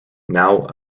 now